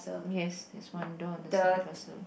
yes there's one doll on the sandcastle